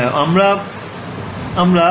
ছাত্র ছাত্রীঃ আমরা